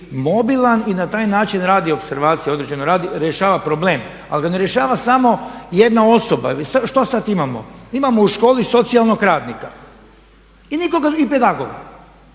mobilan i na taj način radi opservaciju određenu, rješava problem. Ali ga ne rješava samo jedna osoba. Što sad imamo? Imamo u školi socijalnog radnika i pedagoga,